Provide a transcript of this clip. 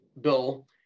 bill